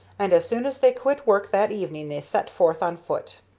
and as soon as they quit work that evening they set forth on foot.